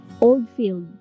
Oldfield